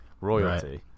royalty